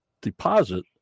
deposit